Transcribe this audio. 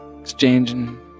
exchanging